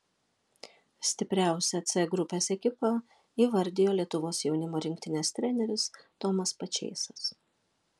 stipriausią c grupės ekipą įvardijo lietuvos jaunimo rinktinės treneris tomas pačėsas